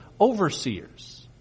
overseers